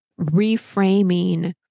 reframing